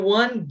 one